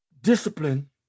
discipline